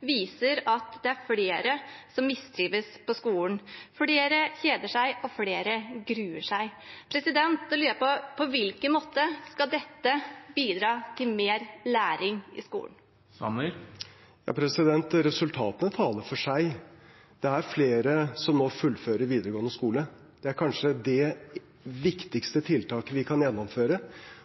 viser at det er flere som mistrives på skolen. Flere kjeder seg, og flere gruer seg. På hvilken måte skal dette bidra til mer læring i skolen? Resultatene taler for seg. Det er flere som nå fullfører videregående skole. Det er kanskje det viktigste tiltaket vi kan gjennomføre